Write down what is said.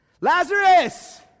Lazarus